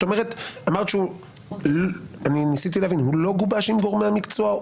אמרת שהוא לא גובש עם גורמי המקצוע?